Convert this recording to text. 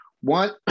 One